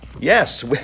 Yes